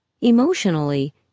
Emotionally